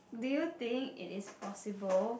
little thing it is possible